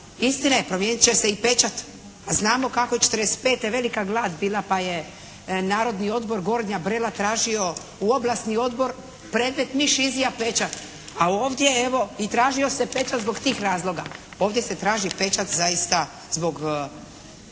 Istina je promijenit će se i pečat. A znamo kako je 1945. velika glad bila pa je Narodni odbor Gornja Brela tražio u Oblasni odbor predmet … /Govornica se ne razumije./ … pečat. A ovdje evo, i tražio se pečat zbog tih razloga. Ovdje se traži pečat zaista zbog